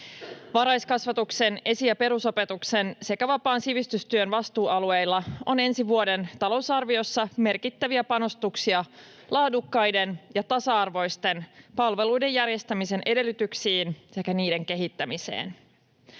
Varhaiskasvatuksen, esi- ja perusopetuksen sekä vapaan sivistystyön vastuualueilla on ensi vuoden talousarviossa merkittäviä panostuksia laadukkaiden ja tasa-arvoisten palveluiden järjestämisen edellytyksiin sekä niiden kehittämiseen.